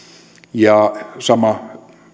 ja